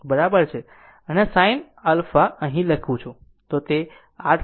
અને sin α અહીં લખું છું તે 8